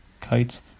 kites